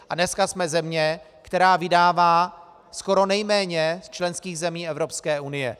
A dnes jsme země, která vydává skoro nejméně z členských zemí Evropské unie.